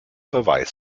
beweis